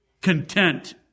content